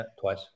twice